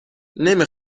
نمی